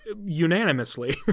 unanimously